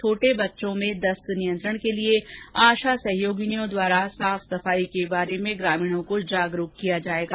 छोटे बच्चों में दस्त नियंत्रण के लिए आशा सहयोगिनियों द्वारा साफ सफाई के बारे में ग्रामीणों को जागरूक किया जाएगा